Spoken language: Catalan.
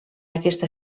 aquesta